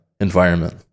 environment